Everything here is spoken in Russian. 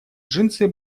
джинсы